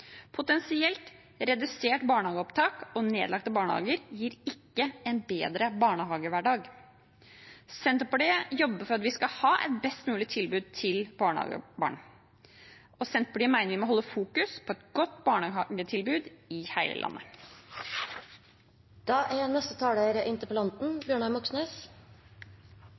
Potensielt redusert barnehageopptak og nedlagte barnehager gir ikke en bedre barnehagehverdag. Senterpartiet jobber for at vi skal ha et best mulig tilbud til barnehagebarn, og Senterpartiet mener vi må holde fokus på et godt barnehagetilbud i hele landet. Melby smykker seg med at regjeringen ser problemet, og det er